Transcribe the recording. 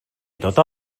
tota